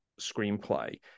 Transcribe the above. screenplay